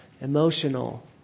emotional